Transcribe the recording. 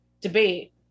debate